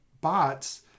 bots